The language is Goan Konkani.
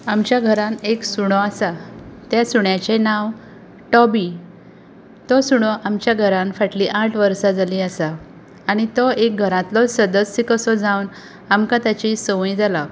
आमच्या घरांत एक सुणो आसा त्या सुण्याचें नांव टाॅबी तो सुणो आमच्या घरांत फाटलीं आठ वर्सां जालीं आसा आनी तो घरांतलो एक सदस्य कसो जावन आमकां त्याची सवंय जाला